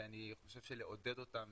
ואני חושב שלעודד אותם